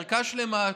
ערכה שלמה,